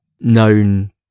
known